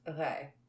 Okay